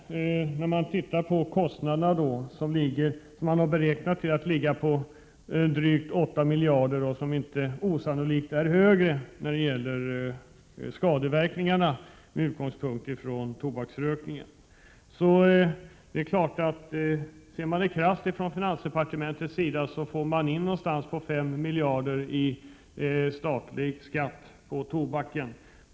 Kostnaderna har beräknats till drygt 8 miljarder kronor, men när det gäller skadeverkningarna är det inte osannolikt att de är högre med tanke på tobaksrökningen. Ser finansdepartementet det krasst kan det ju konstateras att man får ca 5 miljarder kronor i statlig skatt på tobak.